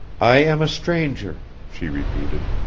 i am a stranger, she repeated.